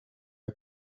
are